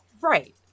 Right